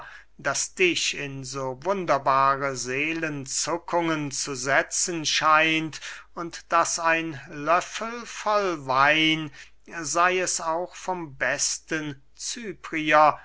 das dich in so wunderbare seelenzuckungen zu setzen scheint und daß ein löffel voll wein sey es auch vom besten